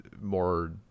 more